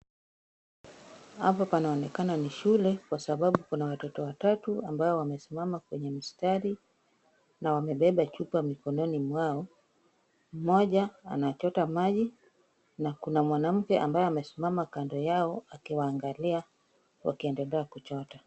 Hapa panaonekana ni shule kwa sababu kuna watoto watatu ambao wamesimama kwenye mstari na wamebeba chupa mikononi mwao. Mmoja anachota maji na kuna mwanamke ambaye amesimama kando yao akiwaangalia wakiendelea kuchota.